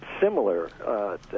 similar